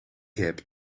heb